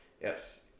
Yes